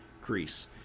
Greece